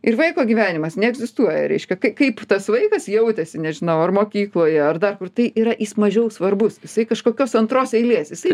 ir vaiko gyvenimas neegzistuoja reiškia kai kaip tas vaikas jautėsi nežinau ar mokykloje ar dar kur tai yra jis mažiau svarbus jisai kažkokios antros eilės jisai